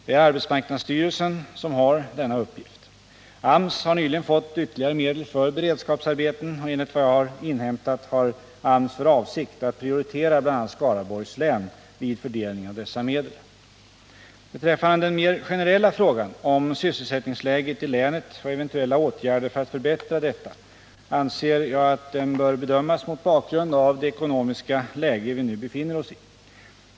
Det är arbetsmarknadsstyrelsen som har denna uppgift. AMS har nyligen fått ytterligare medel för beredskapsarbeten, och enligt vad jag har inhämtat har AMS för avsikt att prioritera bl.a. Skaraborgs län vid fördelningen av dessa medel. Beträffande den mer generella frågan om sysselsättningsläget i länet och eventuella åtgärder för att förbättra detta anser jag att den bör bedömas mot bakgrund av det ekonomiska läge vi nu befinner oss i.